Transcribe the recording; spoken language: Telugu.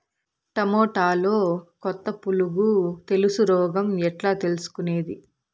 టమోటాలో కొత్త పులుగు తెలుసు రోగం ఎట్లా తెలుసుకునేది?